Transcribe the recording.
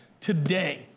today